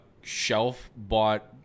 shelf-bought